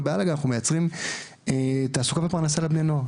בעל הגל אנחנו מייצרים תעסוקה ופרנסה לבני נוער,